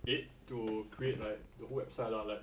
eight to create like the whole website lah like